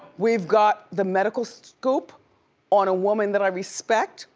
we've got the medical scoop on a woman that i respect.